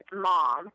mom